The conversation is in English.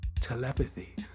telepathy